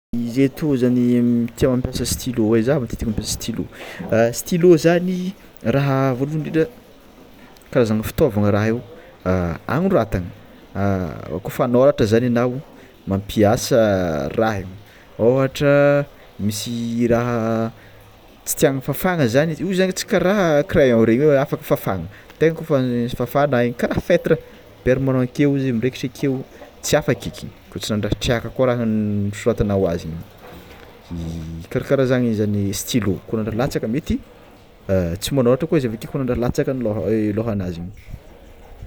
Izy toy zany tia mampiasa stylo e zah matetiky mampiasa stylo, stylo zany karazagna fitaovana raha io agnoratagna kôfa agnoratra zany anao kôfa agnoratra zany anao mampiasa raha io, ôhatra misy raha tsy tiànao fafana zany io zany tsy kara crayon reo io afaka fafana, tegna kôfa fafana kara feutre permanent akeo izy miraikitra akeo tsy afaka eky koa tsy rahandraha triaka ko soratanao azy, karakara zany zany stylo koa nandraha latsaka mety tsy manôratra ko izy aveke koa raha latsaka ny lôha- lôhanazy io.